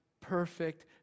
perfect